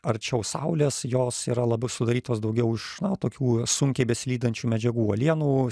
arčiau saulės jos yra labiau sudarytos daugiau už na tokių sunkiai besilydančių medžiagų uolienų